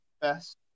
best